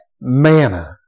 manna